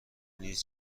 نیز